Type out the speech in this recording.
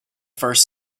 first